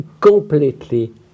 completely